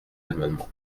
amendement